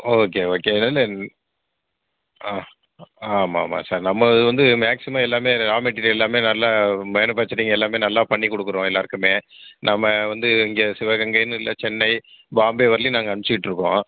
okay okay இதில் என்ன ஆமாம் ஆமாம் சார் நம்மளுது வந்து மேக்ஸிமம் எல்லாமே ரா மெட்டீரியல் எல்லாமே நல்ல மேனுபேக்ச்சரிங் எல்லாமே நல்லா பண்ணி கொடுக்குறோம் எல்லாேருக்குமே நம்ம வந்து இங்கே சிவகங்கைன்னு இல்லை சென்னை பாம்பே வரையிலும் நாங்கள் அமுசிட்ருக்கோம்